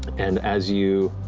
and as you